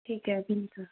ठीक है अभी